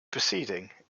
proceeding